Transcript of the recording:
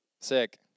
Sick